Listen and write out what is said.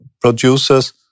producers